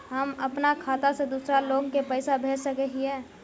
हम अपना खाता से दूसरा लोग के पैसा भेज सके हिये?